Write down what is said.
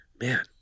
man